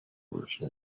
portion